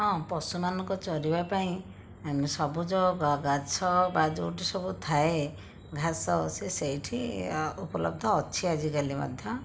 ହଁ ପଶୁମାନଙ୍କ ଚରିବା ପାଇଁ ସବୁଜ ଘାସ ବା ଯେଉଁଠି ସବୁଥାଏ ଘାସ ସିଏ ସେଇଠି ଉପଲବ୍ଧ ଅଛି ଆଜିକାଲି ମଧ୍ୟ